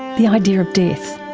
the idea of death,